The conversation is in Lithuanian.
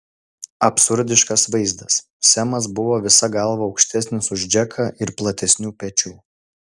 absurdiškas vaizdas semas buvo visa galva aukštesnis už džeką ir platesnių pečių